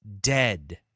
dead